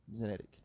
genetic